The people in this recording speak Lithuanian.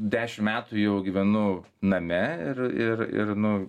dešim metų jau gyvenu name ir ir ir nu